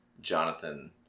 Jonathan